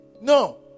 No